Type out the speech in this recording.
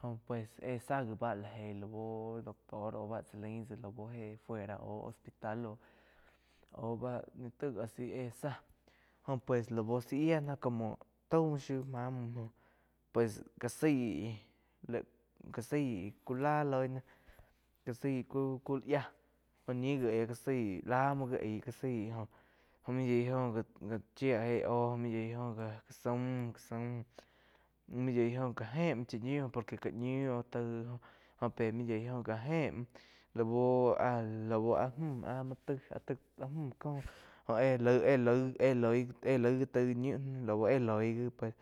jó pues éh sá gi bá la géi la úh doctor aú chá lain tsá eh fuera au hospital aú bá ni taig a si éh záh. Jo pues lau zá yía náh como taig muo shiu máh mú pues ká saig lai ká saig ku láh loi náh jáh zaíh ku yía óh ñi gi éh gá saig lá muo gí aíg gá zaig jó maig yoi jo gá chía éh óh muo yoig óh gá saum, gá saum mú yoi gó ja éh muo chá ñiu por que ká ñíu óh taíg jo pe maig yoí jo ká éh muo laú, laú áh júm taig-taig áh múg có óh éh kaí éh loig éh laig gi taíg ñiu lau éh loig gi pues.